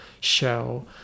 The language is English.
show